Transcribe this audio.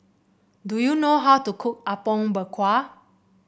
do you know how to cook Apom Berkuah